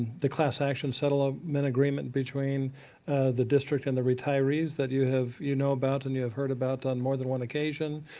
the class action settlement i mean agreement between the district and the retirees that you you know about and you have heard about on more than one occasion.